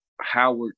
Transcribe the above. Howard